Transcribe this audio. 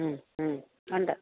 ഉണ്ട്